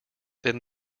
then